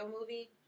movie